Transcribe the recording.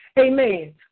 Amen